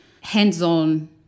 hands-on